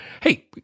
hey